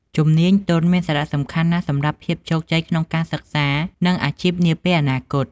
ជំនាញទន់ មានសារៈសំខាន់ណាស់សម្រាប់ភាពជោគជ័យក្នុងការសិក្សា និងអាជីពនាពេលអនាគត។